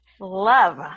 Love